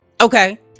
Okay